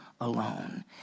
alone